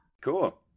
Cool